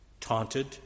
taunted